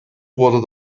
wurde